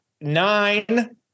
nine